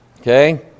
Okay